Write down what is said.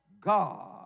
God